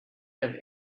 have